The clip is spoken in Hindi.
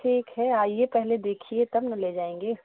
ठीक है आइए पहले देखिए तब ना ले जाएँगे